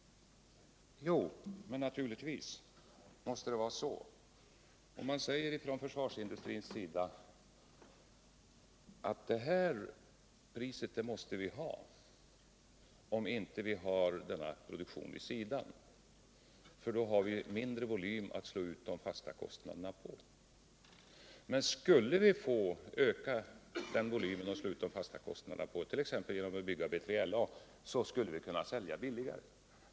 Det måste naturligtvis vara så, att man från försvarsindustrins sida säger att man måste ha ett visst pris om man inte får den andra produktionen vid sidan, eftersom man då har mindre volym att slå ut de fasta kostnaderna på. Men skulle vi få öka volymen, t.ex. genom att bygga B3LA, och därmed kunna slå ut de fasta kostnaderna, så skulle vi kunna sälja billigare.